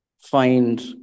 find